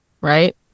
right